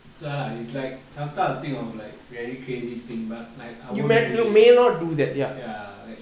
it's real lah it's like sometimes I think of like very crazy thing but like I won't do it ya like